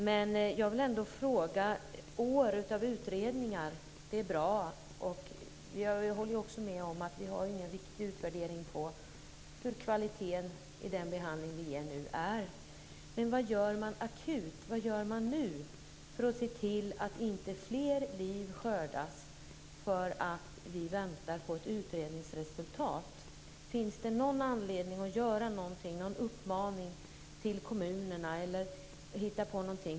Det är bra att det görs utredningar, och jag håller med om att det inte har gjorts någon riktig utvärdering av hur kvaliteten är i behandlingen av missbrukare. Men vad gör man akut? Vad gör man nu för att se till att inte fler liv skördas på grund av att vi väntar på ett utredningsresultat? Finns det anledning att göra någonting eller rikta en uppmaning till kommunerna?